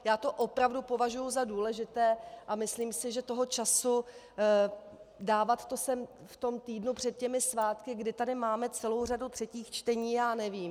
Já to opravdu považuji za důležité a myslím si, že toho času dávat to sem v tom týdnu před svátky, kdy tady máme celou řadu třetích čtení, já nevím.